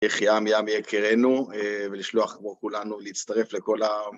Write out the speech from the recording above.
יחיעם ים יקירנו ולשלוח כמו כולנו להצטרף לכל ה...